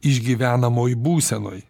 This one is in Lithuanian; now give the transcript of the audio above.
išgyvenamoj būsenoj